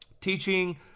teaching